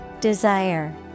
Desire